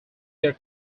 their